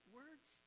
words